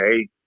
hey